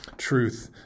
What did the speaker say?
truth